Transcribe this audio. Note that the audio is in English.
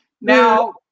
Now